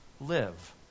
live